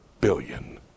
billion